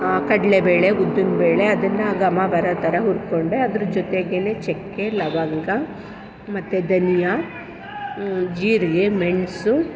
ಕಡಲೆಬೇಳೆ ಉದ್ದಿನ ಬೇಳೆ ಅದನ್ನು ಘಮ ಬರೋ ಥರ ಹುರ್ಕೊಂಡೆ ಅದ್ರ ಜೊತೆಗೇ ಚಕ್ಕೆ ಲವಂಗ ಮತ್ತು ಧನಿಯಾ ಜೀರಿಗೆ ಮೆಣಸು